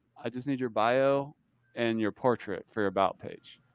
i just need your bio and your portrait for your about page.